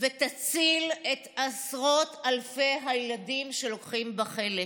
ותציל את עשרות אלפי הילדים שלוקחים בה חלק.